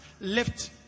lift